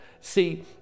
See